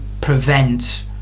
prevent